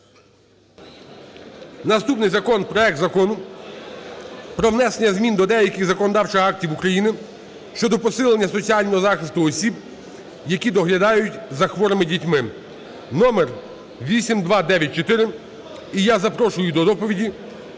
Наступний закон: проект Закону про внесення змін до деяких законодавчих актів України щодо посилення соціального захисту осіб, які доглядають за хворими дітьми (№ 8294). І я запрошую до доповіді